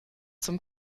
zum